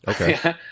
Okay